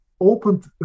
opened